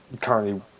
currently